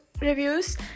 reviews